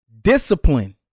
Discipline